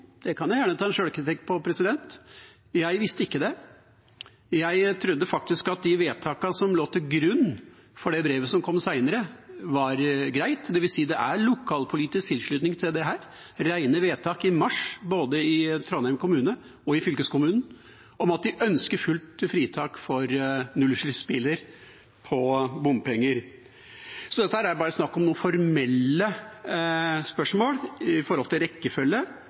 Det kan jeg gjerne ta sjølkritikk på, men jeg visste ikke det. Jeg trodde faktisk at de vedtakene som lå til grunn for det brevet som kom senere, var greie, dvs. at det er lokalpolitisk tilslutning til dette, med rene vedtak i mars, både i Trondheim kommune og i fylkeskommunen, om at de ønsker fullt fritak for bompenger for nullutslippsbiler. Dette er bare snakk om noen formelle spørsmål med hensyn til rekkefølge.